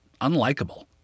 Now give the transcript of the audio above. unlikable